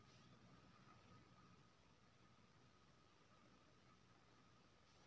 दुनियाँ मे Thailand, Malaysia आओर इंडोनेशिया तीन मेन रबर उपजाबै बला देश छै